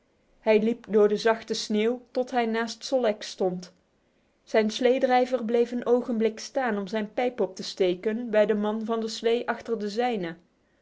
hij liep door de zachte sneeuw tot hij naast sol leks stond zijn sleedrijver bleef een ogenblik staan om zijn pijp op te steken bij den man van de slee achter de zij